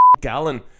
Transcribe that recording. gallon